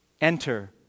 Enter